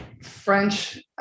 French